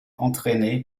entraînée